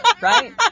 right